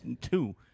two